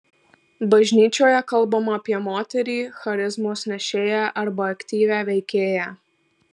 bažnyčioje kalbama apie moterį charizmos nešėją arba aktyvią veikėją